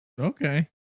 Okay